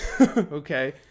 Okay